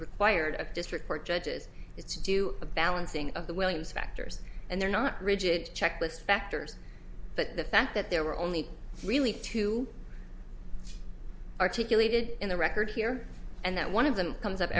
required a district court judges is to do a balancing of the williams factors and they're not rigid checklist factors but the fact that there were only really two articulated in the record here and that one of them comes up